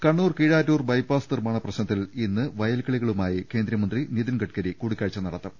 Kannur Keezhattur bypass നിർമ്മാണ പ്രശ്നത്തിൽ ഇന്ന് വയൽക്കിളികളുമായി കേന്ദ്രമന്ത്രി നിധിൻ ഗഡ്കരി കൂടിക്കാഴ്ച്ച നടത്തും